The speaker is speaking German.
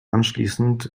anschließend